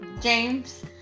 James